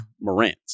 Morant